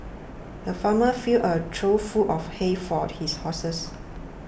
the farmer filled a trough full of hay for his horses